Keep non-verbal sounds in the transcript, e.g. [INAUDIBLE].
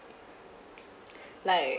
[BREATH] like